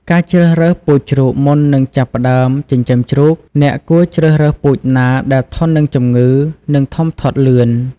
ការជ្រើសរើសពូជជ្រូកមុននឹងចាប់ផ្តើមចិញ្ចឹមជ្រូក អ្នកគួរជ្រើសរើសពូជណាដែលធន់នឹងជំងឺ និងធំធាត់លឿន។